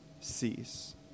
cease